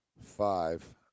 five